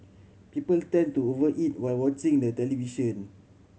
people tend to over eat while watching the television